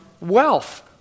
wealth